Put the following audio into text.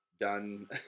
done